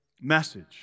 message